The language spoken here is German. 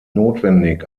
notwendig